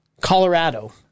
Colorado